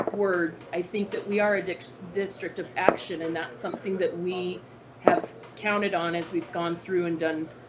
words. i think that we are addicted. district of action and that's something that we have counted on as we've gone through and done.